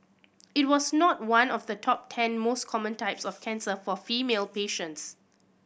it was not one of the top ten most common types of cancer for female patients